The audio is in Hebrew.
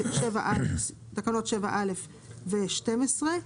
שזה תקנות 7א ו-12.